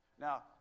now